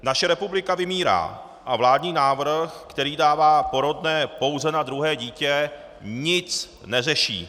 Naše republika vymírá a vládní návrh, který dává porodné pouze na druhé dítě, nic neřeší.